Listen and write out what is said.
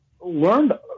learned